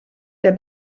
der